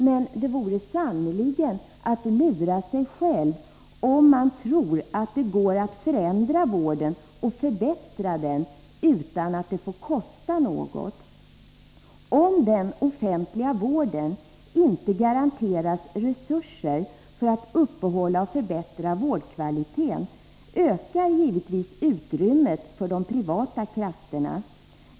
Men det vore sannerligen att lura sig själv om man tror att det går att förändra vården och förbättra den utan att det får kosta något. Om den offentliga vården inte garanteras resurser för att uppehålla och förbättra vårdkvaliteten ökar givetvis utrymmet för de privata krafterna.